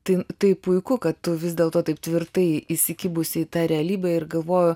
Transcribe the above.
tai taip puiku kad vis dėl to taip tvirtai įsikibusi į tą realybę ir galvoju